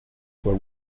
were